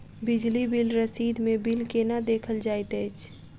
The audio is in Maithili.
बिजली बिल रसीद मे बिल केना देखल जाइत अछि?